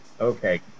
Okay